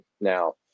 now